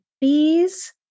bees